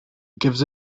gives